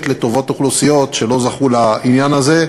לטובת אוכלוסיות שלא זכו לעניין הזה.